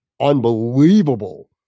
unbelievable